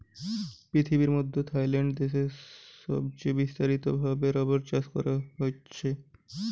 পৃথিবীর মধ্যে থাইল্যান্ড দেশে সবচে বিস্তারিত ভাবে রাবার চাষ করা হতিছে